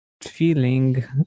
feeling